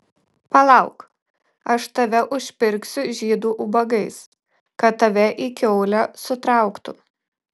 palauk aš tave užpirksiu žydų ubagais kad tave į kiaulę sutrauktų